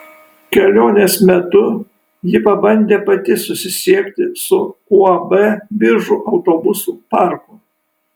kelionės metu ji pabandė pati susisiekti su uab biržų autobusų parku